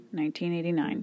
1989